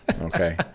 Okay